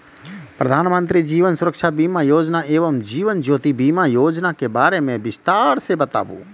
प्रधान मंत्री जीवन सुरक्षा बीमा योजना एवं जीवन ज्योति बीमा योजना के बारे मे बिसतार से बताबू?